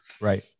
Right